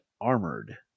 armored